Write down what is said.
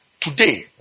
Today